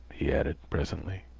he added, presently.